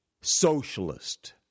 socialist